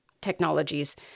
technologies